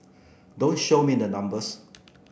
don't show me the numbers